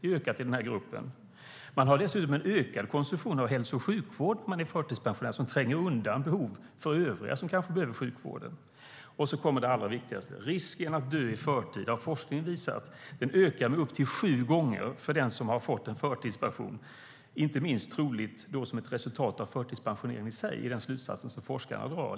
Förtidspensionärer har dessutom en ökad konsumtion av hälso och sjukvård som tränger undan behov för övriga som kan behöva sjukvård. Sedan kommer det allra viktigaste, nämligen att forskningen visar att risken att dö i förtid ökar upp till sju gånger för den som har förtidspensionerats, inte minst troligt som ett resultat av förtidspensioneringen i sig. Det är den slutsats som forskarna drar.